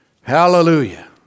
Hallelujah